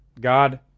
God